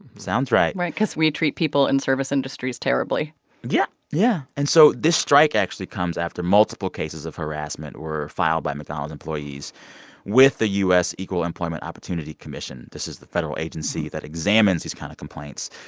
sounds right right, cause we treat people in service industries terribly yeah. yeah. and so this strike actually comes after multiple cases of harassment were filed by mcdonald's employees with the u s. equal employment opportunity commission. this is the federal agency that examines these kinds kind of complaints.